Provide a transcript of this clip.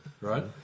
right